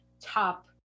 top